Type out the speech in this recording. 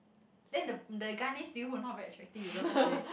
then the the guy next to you who not very attractive you don't talk to him